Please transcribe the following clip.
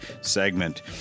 segment